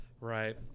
Right